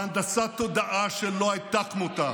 בהנדסת תודעה שלא הייתה כמותה,